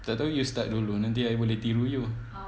tak tahu you start dulu nanti I boleh tiru you